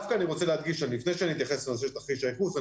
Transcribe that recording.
לפני שאתייחס לנושא של תרחיש הייחוס,